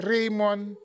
Raymond